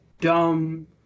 dumb